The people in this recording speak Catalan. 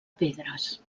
pedres